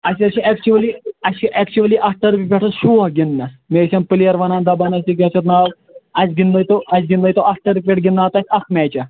اسہِ حظ چھِ ایٚکچٕؤلی اسہِ چھِ ایٚکچؤلی اَتھ ٹٔرفہِ پٮ۪ٹھ حظ شوٗق گِنٛدنس مےٚ ٲسۍ یِم پٕلیر وَنان دَپان ٲسۍ یہِ کیاہ چھِ یَتھ ناو اسہِ گِنٛدنٲیتو اسہِ گِنٛدٲیتو اَتھ ٹٔرفہِ پٮ۪ٹھ گِنٛدناو تہٕ اسہِ اَکھ میچاہ